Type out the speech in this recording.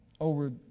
over